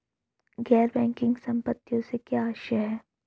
गैर बैंकिंग संपत्तियों से क्या आशय है?